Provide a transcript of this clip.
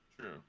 True